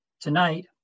Tonight